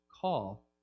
call